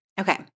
Okay